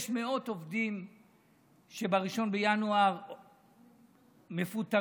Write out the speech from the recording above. יש מאות עובדים שב-1 בינואר מפוטרים,